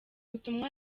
butumwa